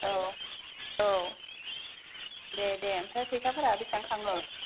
आव आव दे दे आमफ्राय फैसाफोरा बेसेबां खाङो